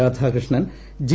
Radhakrishnan G